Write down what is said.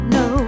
no